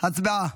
הצבעה.